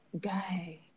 guy